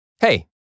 Hey